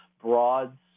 broad